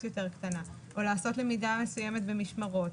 יותר קטנה או לעשות למידה מסוימת במשמרות,